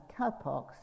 cowpox